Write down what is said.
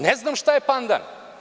Ne znam šta je pandan?